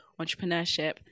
entrepreneurship